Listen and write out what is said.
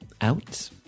Out